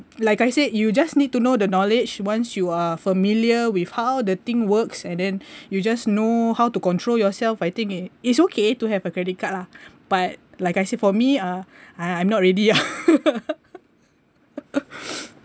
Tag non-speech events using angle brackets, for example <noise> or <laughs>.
like I said you just need to know the knowledge once you are familiar with how the thing works and then <breath> you just know how to control yourself I think it is okay to have a credit card lah but like I said for me uh I I'm not ready ah <laughs>